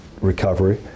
recovery